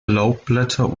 laubblätter